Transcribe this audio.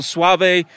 Suave